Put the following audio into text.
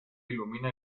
ilumina